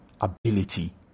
ability